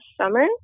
summer